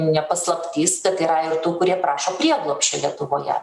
ne paslaptis kad yra ir tų kurie prašo prieglobsčio lietuvoje